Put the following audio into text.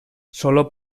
solo